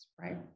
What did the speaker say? right